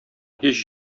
һич